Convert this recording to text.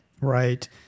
right